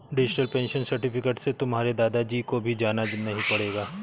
digital pension certificate से तुम्हारे दादा जी को भी जाना नहीं पड़ेगा